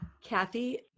Kathy